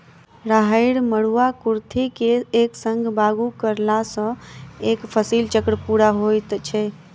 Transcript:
राहैड़, मरूआ, कुर्थी के एक संग बागु करलासॅ एक फसिल चक्र पूरा होइत छै